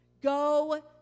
go